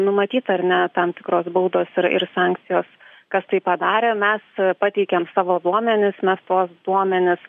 numatyta ar ne tam tikros baudos ir ir sankcijos kas tai padarė mes pateikėm savo duomenis mes tuos duomenis